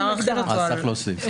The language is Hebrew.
צריך להוסיף הגדרה.